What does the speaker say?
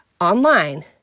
online